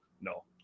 no